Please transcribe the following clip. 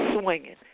swinging